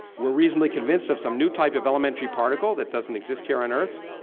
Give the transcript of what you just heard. we're reasonably convinced, of some new type of elementary particle that doesn't exist here on earth.